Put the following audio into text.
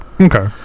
okay